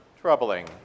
troubling